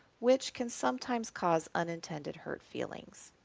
which can sometimes cause unintended hurt feelings.